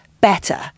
better